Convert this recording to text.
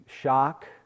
shock